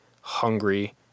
hungry